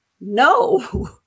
No